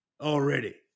already